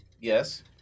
Yes